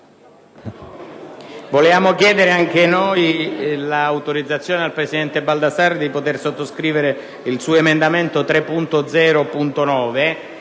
Vogliamo chiedere anche noi l'autorizzazione al presidente Baldassarri a sottoscrivere il suo emendamento 3.0.9